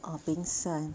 ah pengsan